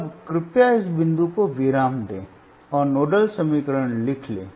अब कृपया इस बिंदु को विराम दें और नोडल समीकरण लिख लें